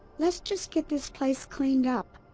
let's just get this place cleaned up.